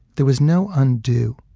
there was no undo.